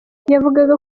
yavugaga